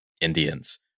indians